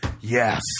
yes